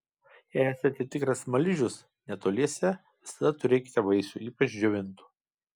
jei esate tikras smaližius netoliese visada turėkite vaisių ypač džiovintų